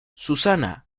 susana